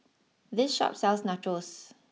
this Shop sells Nachos